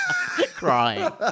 Crying